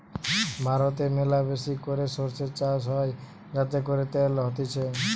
ভারতে ম্যালাবেশি করে সরষে চাষ হয় যাতে করে তেল হতিছে